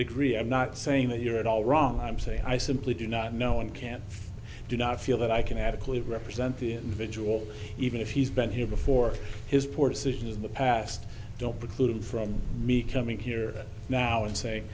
agree i'm not saying that you're at all wrong i'm saying i simply do not know and can do not feel that i can adequately represent the individual even if he's been here before his port city in the past don't preclude him from me coming here now and say